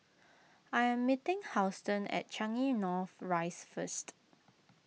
I am meeting Houston at Changi North Rise first